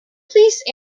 please